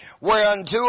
Whereunto